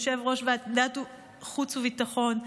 יושב-ראש ועדת החוץ והביטחון,